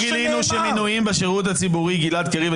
גלעד קריב,